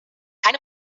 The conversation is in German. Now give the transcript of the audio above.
keine